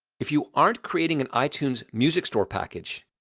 if you aren't creating an itunes music store package,